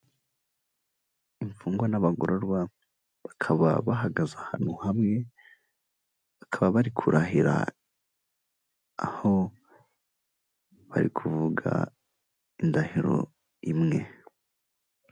Imfungwa n'abagororwa bakaba bahagaze ahantu hamwe, bakaba bari kurahira aho bari kuvuga indahiro imwe.